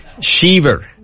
Shiver